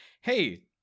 hey